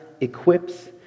equips